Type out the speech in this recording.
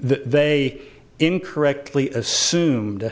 they incorrectly assumed